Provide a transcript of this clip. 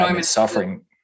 suffering